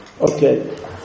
Okay